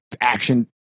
action